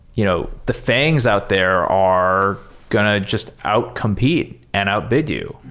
you know the things out there are going to just outcompete and outbid you.